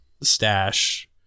stash